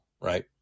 right